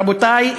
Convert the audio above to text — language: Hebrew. רבותי,